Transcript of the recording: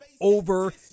over